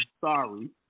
Sorry